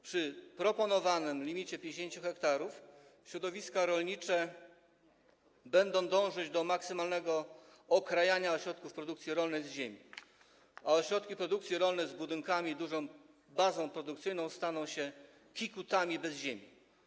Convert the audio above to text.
Przy proponowanym limicie 50 ha środowiska rolnicze będą dążyć do maksymalnego okrajania ośrodków produkcji rolnej z ziemi, a ośrodki produkcji rolnej z budynkami i dużą bazą produkcyjną staną się kikutami bez ziemi.